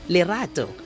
Lirato